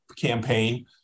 campaign